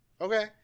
okay